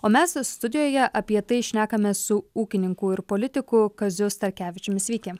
o mes studijoje apie tai šnekame su ūkininku ir politiku kaziu starkevičiumi sveiki